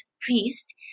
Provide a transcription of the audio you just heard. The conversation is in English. priest